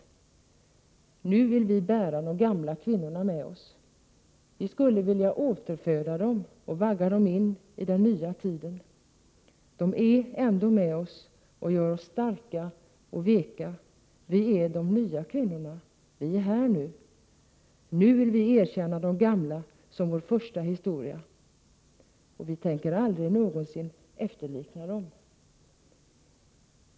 Nu vill vi bära de gamla kvinnorna med oss. Vi skulle vilja återföda dom och vagga dom in i den nya tiden. De är ändå med oss och gör oss starka och veka Vi är de nya kvinnorna Vi är här nu Nu vill vi erkänna dom gamla som vår första historia Och vi tänker aldrig någonsin efterlikna dom. Fru talman!